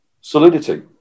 solidity